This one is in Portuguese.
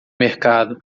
mercado